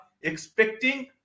expecting